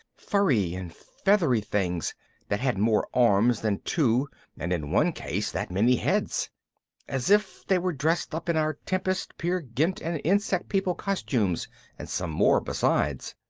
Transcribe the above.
furry and feathery things that had more arms than two and in one case that many heads as if they were dressed up in our tempest, peer gynt and insect people costumes and some more besides.